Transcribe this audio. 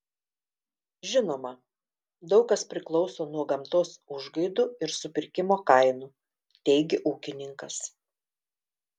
žinoma daug kas priklauso nuo gamtos užgaidų ir supirkimo kainų teigė ūkininkas